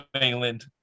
England